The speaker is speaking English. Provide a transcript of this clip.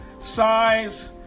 size